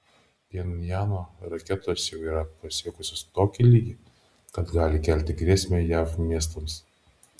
pchenjano raketos jau yra pasiekusios tokį lygį kad gali kelti grėsmę jav miestams